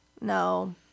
No